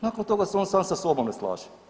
Nakon toga se on sam sa sobom ne slaže.